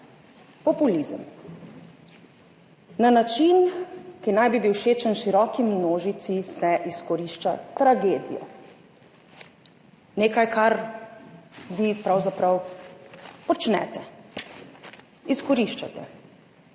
Populizem. Na način, ki naj bi bil všečen široki množici, se izkorišča tragedijo. Nekaj kar vi pravzaprav počnete, izkoriščate,